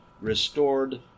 restored